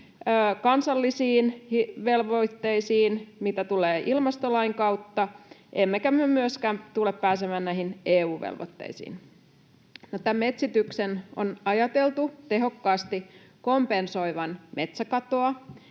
kansallisiin velvoitteisiimme, mitä tulee ilmastolain kautta, emmekä me myöskään tule pääsemään näihin EU-velvoitteisiin. Metsityksen on ajateltu tehokkaasti kompensoivan metsäkatoa,